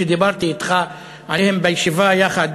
שדיברתי אתך עליהם בישיבה יחד